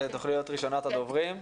תוכלי להיות ראשונת הדוברים,